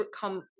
come